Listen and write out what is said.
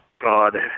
God